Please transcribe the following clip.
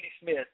Smith